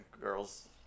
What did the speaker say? girls